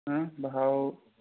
ভাও